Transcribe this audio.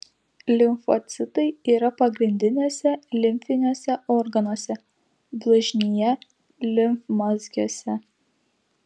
limfocitai yra pagrindiniuose limfiniuose organuose blužnyje limfmazgiuose